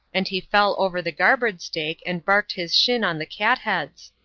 and he fell over the garboard-strake and barked his shin on the cat-heads.